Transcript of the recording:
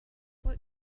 what